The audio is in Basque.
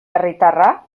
herritarra